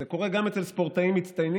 זה קורה גם אצל ספורטאים מצטיינים,